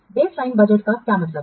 baseline budget का क्या मतलब है